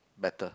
better